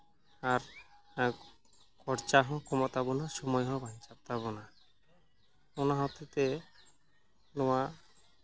ᱟᱨ ᱠᱷᱚᱨᱪᱟ ᱦᱚᱸ ᱠᱚᱢᱚᱜ ᱛᱟᱵᱚᱱᱟ ᱥᱚᱢᱚᱭ ᱦᱚᱸ ᱵᱟᱧᱪᱟᱜ ᱛᱟᱵᱳᱱᱟ ᱚᱱᱟ ᱦᱚᱛᱮᱡ ᱛᱮ ᱱᱚᱣᱟ